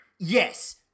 Yes